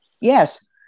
Yes